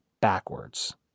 backwards